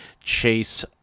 Chase